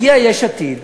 הגיעה יש עתיד,